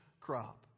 crop